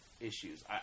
issues